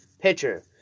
pitcher